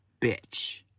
bitch